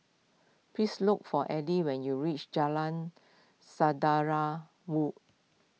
please look for Eddie when you reach Jalan Saudara Wu